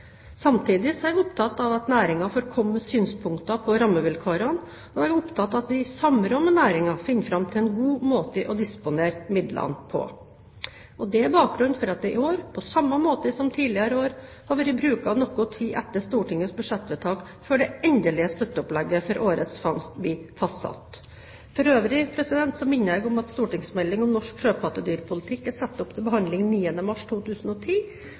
Samtidig er jeg opptatt av at næringen får komme med synspunkter på rammevilkårene, og jeg er opptatt av at vi i samråd med næringen finner fram til en god måte å disponere midlene på. Det er bakgrunnen for at det i år, på samme måte som tidligere år, har vært brukt noe tid etter Stortingets budsjettvedtak før det endelige støtteopplegget for årets fangst blir fastsatt. For øvrig minner jeg om at stortingsmeldingen om norsk sjøpattedyrpolitikk er satt opp til behandling 9. mars 2010.